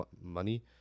money